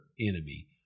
enemy